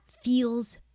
feels